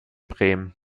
bremen